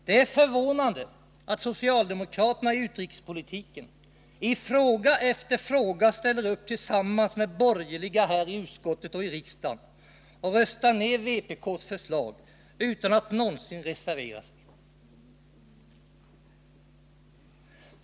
Det är förvånande att socialdemokraterna i utrikespolitiken i fråga efter fråga ställer upp tillsammans med de borgerliga i utskottet och här i kammaren och röstar ner vpk:s förslag, utan att någonsin reservera sig.